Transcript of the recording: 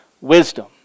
wisdom